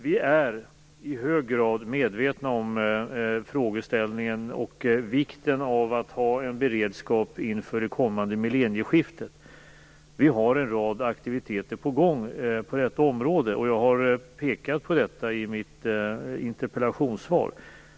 Vi är i hög grad medvetna om frågeställningen och vikten av att ha en beredskap inför det kommande millennieskiftet. Vi har en rad aktiviteter på gång på detta område, och jag har pekat på detta i mitt interpellationssvar.